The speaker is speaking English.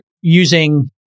using